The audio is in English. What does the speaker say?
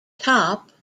top